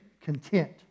content